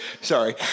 Sorry